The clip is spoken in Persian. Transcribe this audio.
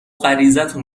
غریزتون